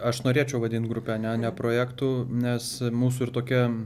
aš norėčiau vadint grupe ne ne projektu nes mūsų ir tokia